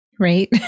Right